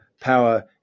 power